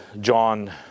John